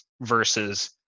versus